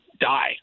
die